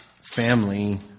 family